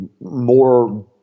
more